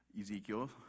Ezekiel